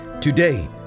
today